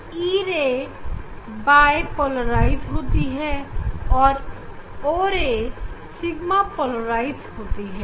e ray बायपोलराइज और o ray sigma polarise होती है